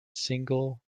single